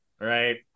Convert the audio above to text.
right